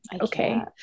Okay